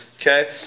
Okay